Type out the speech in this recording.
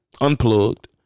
Unplugged